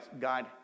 God